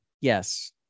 Yes